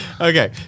Okay